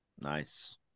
Nice